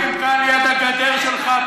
הם כאן ליד הגדר שלך.